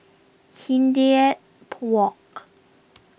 Hindhede Walk